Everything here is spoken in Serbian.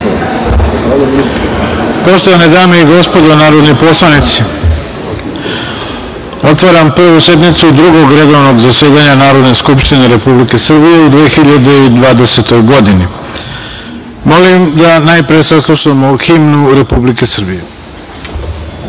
Poštovane dame i gospodo narodni poslanici, otvaram Prvu sednicu Drugog redovnog zasedanja Narodne skupštine Republike Srbije u 2020. godini. Molim vas da najpre saslušamo himnu Republike